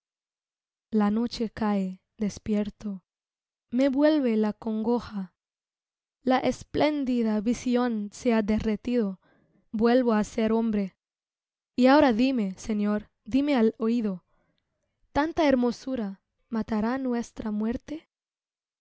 la noche cae despierto me vuelve la congoja la espléndida visión se ha derretido vuelvo á ser hombre y ahora díme señor díme al oído tanta hermosura matará nuestra muerte